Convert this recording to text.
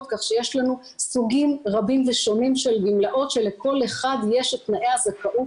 כך שיש לנו סוגים רבים ושונים של גמלאות שלכל אחד יש את תנאי הזכאות